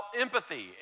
empathy